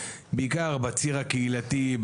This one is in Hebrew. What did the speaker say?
בעיקר בציר הקהילתי,